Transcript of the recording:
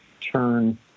turn